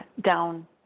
down